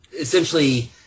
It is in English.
essentially